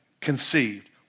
conceived